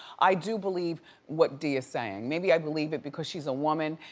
i do believe what dee is saying. maybe i believe it because she's a woman.